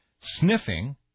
sniffing